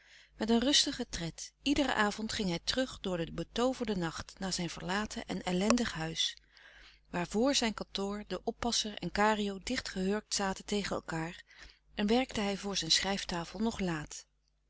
met een rustigen tred iederen avond ging hij terug door den betooverden nacht naar zijn verlaten en ellendig huis waar vor zijn kantoor de oppasser en kario dicht gehurkt zaten tegen elkaâr en werkte hij voor zijn schrijftafel nog laat